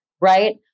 right